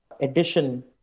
edition